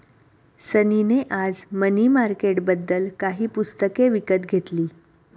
सनी ने आज मनी मार्केटबद्दल काही पुस्तके विकत घेतली